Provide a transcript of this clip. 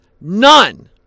none